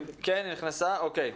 בסדר גמור,